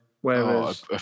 whereas